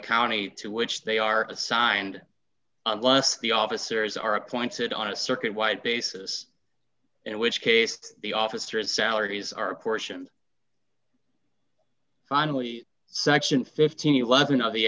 county to which they are assigned unless the officers are appointed on a circuit wide basis in which case the officers salaries are a portion finally section fifteen